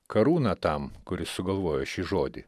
karūna tam kuris sugalvojo šį žodį